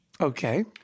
Okay